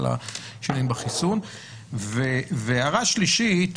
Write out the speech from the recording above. הערה שלישית,